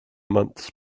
months